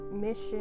mission